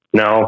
no